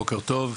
בוקר טוב,